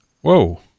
whoa